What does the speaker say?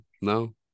no